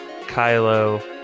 Kylo